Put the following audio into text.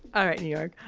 alright, new york.